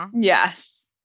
Yes